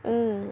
mm